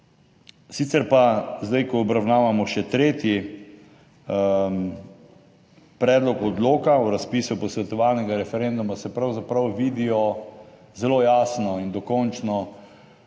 Sicer pa zdaj, ko obravnavamo še tretji predlog odloka o razpisu posvetovalnega referenduma, se pravzaprav vidijo zelo jasno in dokončno